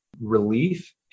relief